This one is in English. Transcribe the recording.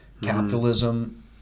capitalism